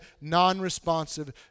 non-responsive